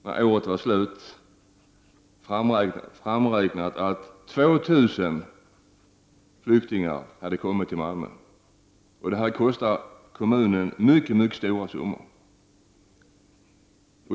När året var slut fick man framräknat att 2 000 flyktingar hade kommit till Malmö. Det har kostat kommunen mycket stora summor.